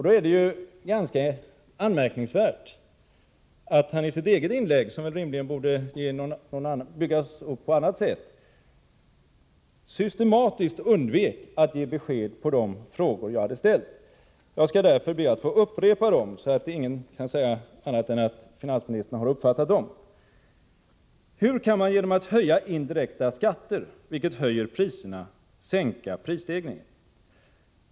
Det är då ganska anmärkningsvärt att han i sitt eget inlägg, som rimligen borde ha byggts upp på annat sätt, systematiskt undvek att ge besked på de frågor jag hade ställt. Jag skall därför be att få upprepa dem, så att ingen kan säga annat än att finansministern har uppfattat dem. Hur kan man genom att höja indirekta skatter, vilket höjer priserna, sänka prisstegringen?